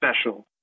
special